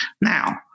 Now